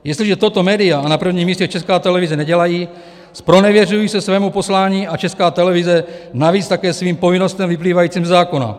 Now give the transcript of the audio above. Jestliže toto média, a na prvním místě Česká televize, nedělají, zpronevěřují se svému poslání a Česká televize navíc také svým povinnostem vyplývajícím ze zákona.